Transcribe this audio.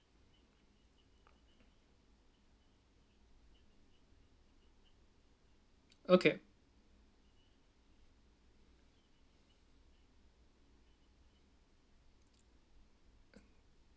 okay